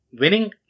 Winning